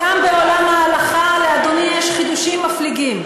גם לי יש כבוד לאיך,